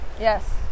Yes